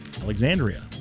Alexandria